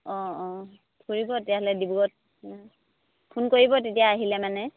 অঁ অঁ ফুৰিব তেতিয়াহ'লে ডিব্ৰুগড়ত ফোন কৰিব তেতিয়া আহিলে মানে